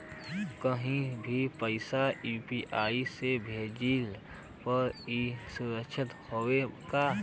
कहि भी पैसा यू.पी.आई से भेजली पर ए सुरक्षित हवे का?